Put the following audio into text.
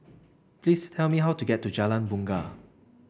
please tell me how to get to Jalan Bungar